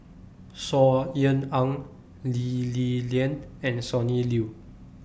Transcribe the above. Saw Ean Ang Lee Li Lian and Sonny Liew